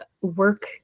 work